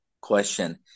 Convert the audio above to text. question